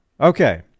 Okay